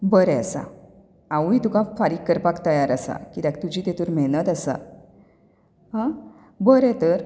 बरें आसा हांवुय तुका फारीक करपाक तयार आसा कित्याक तुजी तातुन मेहनत आसा हा बरें तर